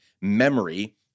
memory